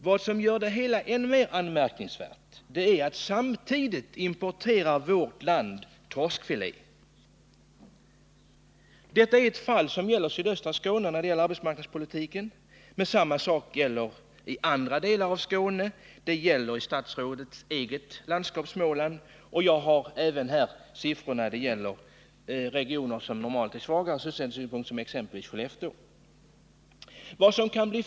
Vad som gör det hela ännu mer anmärkningsvärt är att samtidigt importerar vårt land torskfilé. Exemplet gäller sydöstra Skåne, men samma sak gäller i andra delar av Skåne. Det gäller också i statsrådets eget landskap Småland, och jag har siffror som visar att detsamma gäller regioner som normalt är svaga ur sysselsättningssynpunkt, exempelvis Skellefteå.